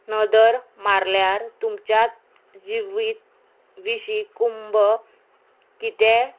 नदर मारल्यार तुमच्याच जिवीत विशीं कुंब कितें